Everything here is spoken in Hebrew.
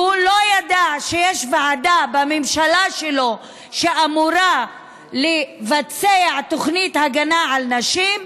והוא לא ידע שיש ועדה בממשלה שלו שאמורה לבצע תוכנית הגנה על נשים,